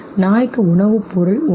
நாய்க்கு உணவு பொருள் உண்டு